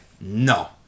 no